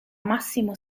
massimo